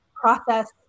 process